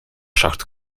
zakt